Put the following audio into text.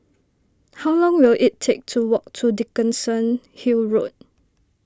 how long will it take to walk to Dickenson Hill Road